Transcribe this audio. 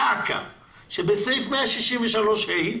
דא עקא שסעיף 163(ה)